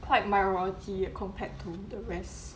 white minority compared to the rest